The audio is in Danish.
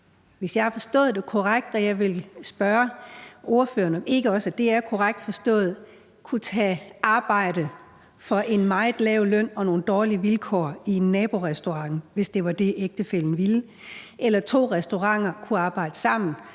hvis jeg har forstået det korrekt, og jeg vil derfor spørge ordføreren, om ikke også det er korrekt forstået – et arbejde til en meget lav løn og under nogle dårlige vilkår i en naborestaurant, hvis det var det, ægtefællen ville, eller to restauranter kunne arbejde sammen